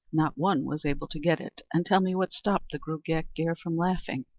not one was able to get it and tell me what stopped the gruagach gaire from laughing.